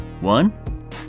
one